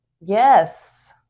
Yes